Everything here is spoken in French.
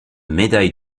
médaille